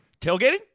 Tailgating